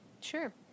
Sure